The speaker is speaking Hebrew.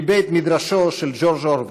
מבית מדרשו של ג'ורג' אורוול.